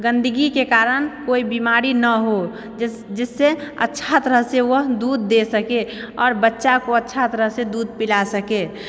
गन्दगीके कारण कोई बीमारी नऽ हो जिससे अच्छा तरहसँ ओ दुध दे सके आओर बच्चाको अच्छा तरहसँ दूध पिला सके